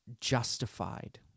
justified